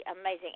amazing